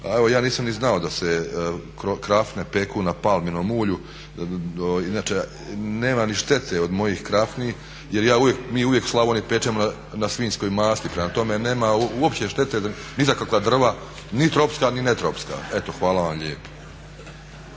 Evo ja nisam ni znao da se krafne peku na palminomu ulju. Inače nema ni štete od mojih krafni jer mi uvijek u Slavoniji pečemo na svinjskoj masti. Prema tome, nema uopće štete ni za kakva drva, ni tropska ni ne tropska. Eto hvala vam lijepo.